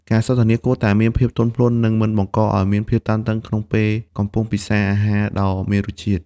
ការសន្ទនាគួរតែមានភាពទន់ភ្លន់ និងមិនបង្កឱ្យមានភាពតានតឹងក្នុងពេលកំពុងពិសារអាហារដ៏មានរសជាតិ។